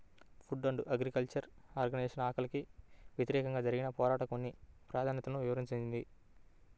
food and agriculture organisation ఆకలికి వ్యతిరేకంగా జరిగిన పోరాటంలో కొన్ని ప్రాధాన్యతలను వివరించింది